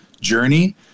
journey